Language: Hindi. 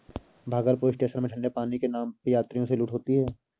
भागलपुर स्टेशन में ठंडे पानी के नाम पे यात्रियों से लूट होती है